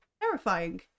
terrifying